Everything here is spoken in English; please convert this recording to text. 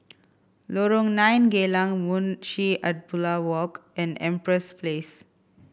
Lorong Nine Geylang Munshi Abdullah Walk and Empress Place